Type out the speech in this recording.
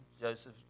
Joseph